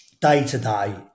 day-to-day